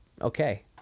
okay